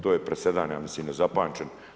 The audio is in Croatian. To je presedan ja mislim nezapamčen.